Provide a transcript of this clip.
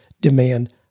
demand